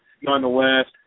nonetheless